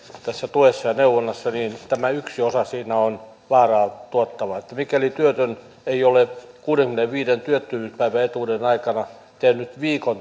tuessa ja neuvonnassa niin tämä yksi osa siinä on vaaraa tuottava mikäli työtön ei ole kuudenkymmenenviiden työttömyyspäiväetuuden aikana tehnyt viikkoa